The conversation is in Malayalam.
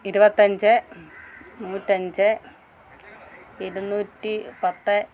ഇരുപത്തഞ്ച് നൂറ്റഞ്ച് ഇരുന്നൂറ്റി പത്ത്